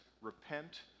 repent